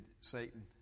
Satan